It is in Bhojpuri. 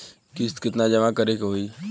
किस्त केतना जमा करे के होई?